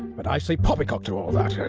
but i say poppycock to all that. yeah